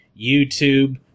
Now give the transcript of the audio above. YouTube